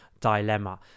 dilemma